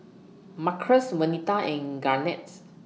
Marcus Venita and Garnetts